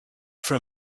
for